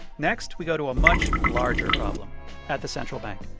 next, we go to a much larger problem at the central bank